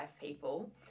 people